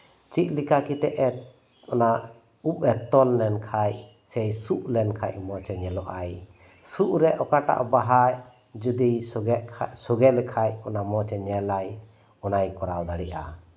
ᱪᱮᱫ ᱞᱮᱠᱟ ᱠᱟᱛᱮᱜ ᱮ ᱚᱱᱟ ᱩᱵ ᱮ ᱛᱚᱞ ᱞᱮᱱᱠᱷᱟᱡ ᱥᱮ ᱥᱩᱫ ᱞᱮᱱᱠᱷᱟᱱ ᱢᱚᱡᱽ ᱮ ᱧᱮᱞᱚᱜ ᱟᱭ ᱥᱩᱫᱨᱮ ᱚᱠᱟᱴᱟᱜ ᱵᱟᱦᱟ ᱥᱚᱜᱮ ᱥᱚᱜᱮ ᱞᱮᱠᱷᱟᱡ ᱚᱱᱟ ᱢᱚᱡᱮᱭ ᱧᱮᱞᱟ ᱚᱱᱟᱭ ᱠᱚᱨᱟᱣ ᱫᱟᱲᱮᱭᱟᱜᱼᱟ